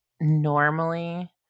normally